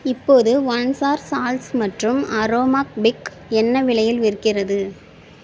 இப்போது ஒன் சார் சால்ஸ் மற்றும் அரோமா பிக் என்ன விலையில் விற்கிறது